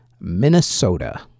Minnesota